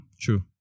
True